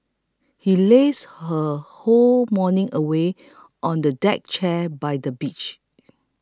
he lazed her whole morning away on the deck chair by the beach